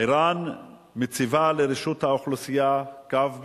ער"ן מציבה לרשות האוכלוסייה קו בעברית,